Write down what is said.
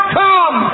come